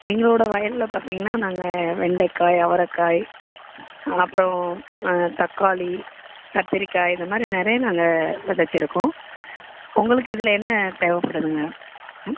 எங்களோடய வயல்ல பார்த்தீங்கன்னா நாங்கள் வெண்டைக்காய் அவரைக்காய் அதெலாம் அப்புறோம் தக்காளி கத்தரிக்காய் இதை மாரி நிறையா நாங்கள் விதச்சிருக்கோம் உங்களுக்கு இதில் என்ன தேவைப்படுதுங்க ம்